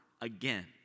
again